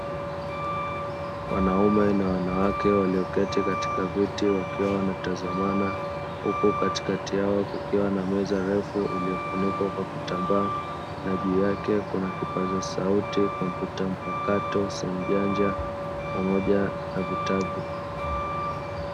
Mwanaume na wanawake walioketi katika viti, wakiwa wanatazamana huku katikati yao kukiwa na meza refu iliyofunikwa kwa kutambaa, juu yake kuna, kipaza sauti, kompyuta mpakato, simu janja pamoja na vitabu.